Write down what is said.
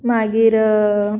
मागीर